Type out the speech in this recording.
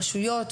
רשויות,